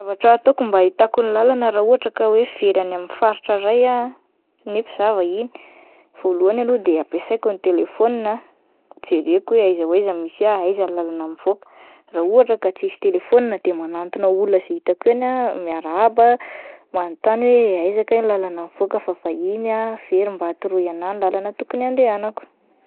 Zavatra ataoko mba ahitako ny làlana raha ohatra ka hoe very any amin'ny faritra iray ah nefa izaho vahiny, voalohany aloha dia ampiasaiko ny telefona ah jereko hoe aiza ho aiza no misy ah, aiza ny làlana mivoaka, raha ohatra ka tsisy telefona dia manatona izay olona hitako any ah, miarahaba ,manontany hoe aiza kay ny làlana mivoaka fa vahiny aho, very, mba atoroy ahy ny làlana tokony andehanako.